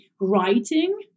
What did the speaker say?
writing